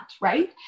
right